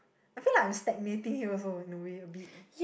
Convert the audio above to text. I feel like I'm stagnating here also no way a bit